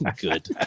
good